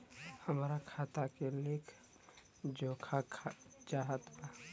हमरा खाता के लेख जोखा चाहत बा?